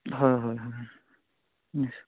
হয় হয় হয়